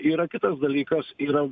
yra kitas dalykas yra